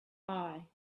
eye